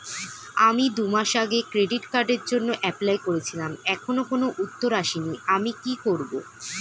আমি দুমাস আগে ক্রেডিট কার্ডের জন্যে এপ্লাই করেছিলাম এখনো কোনো উত্তর আসেনি আমি কি করব?